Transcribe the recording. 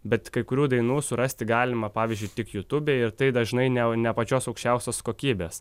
bet kai kurių dainų surasti galima pavyzdžiui tik jūtubėj ir tai dažnai ne ne pačios aukščiausios kokybės